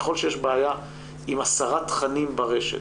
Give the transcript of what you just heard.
ככל שיש בעיה עם הסרת תכנים ברשת